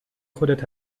خودت